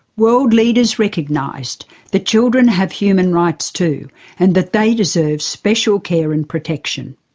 world leaders recognised that children have human rights too and that they deserve special care and protection.